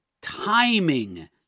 timing